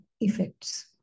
effects